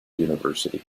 university